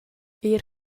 eir